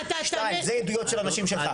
זה עדויות של אנשים שלך.